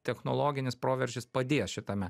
technologinis proveržis padės šitame